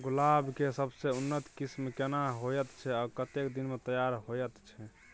गुलाब के सबसे उन्नत किस्म केना होयत छै आ कतेक दिन में तैयार होयत छै?